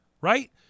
Right